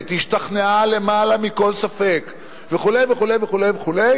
השתכנעה למעלה מכל ספק וכו' וכו' וכו',